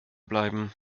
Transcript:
bleiben